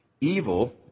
evil